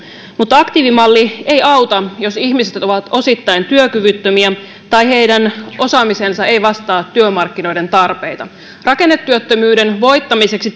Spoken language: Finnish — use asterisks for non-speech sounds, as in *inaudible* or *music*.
mutta aktiivimalli ei auta jos ihmiset ovat osittain työkyvyttömiä tai heidän osaamisensa ei vastaa työmarkkinoiden tarpeita rakennetyöttömyyden voittamiseksi *unintelligible*